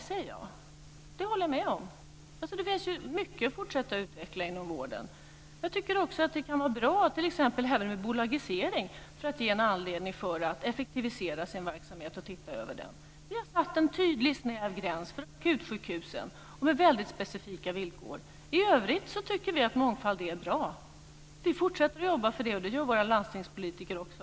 Nej, säger jag, det håller jag med om. Det finns mycket att fortsätta utveckla inom vården. Jag tycker också att det t.ex. kan vara bra med bolagisering för att det ger en anledning att effektivisera sin verksamhet och titta över den. Vi har satt en tydlig, snäv gräns för akutsjukhusen - och med väldigt specifika villkor. I övrigt tycker vi att mångfald är bra. Vi fortsätter att jobba för det, och det gör våra landstingspolitiker också.